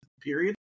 period